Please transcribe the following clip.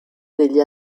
degli